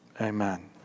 Amen